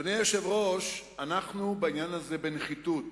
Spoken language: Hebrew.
אדוני היושב-ראש, אנחנו בעניין הזה בנחיתות.